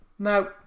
Now